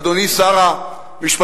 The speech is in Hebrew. אדוני שר המשפטים,